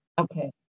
okay